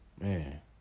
man